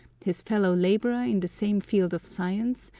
his fellow labourer in the same field of science,